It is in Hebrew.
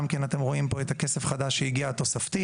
גם כן אתם רואים פה את הכסף התוספתי החדש.